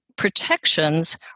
Protections